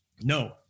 No